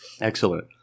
Excellent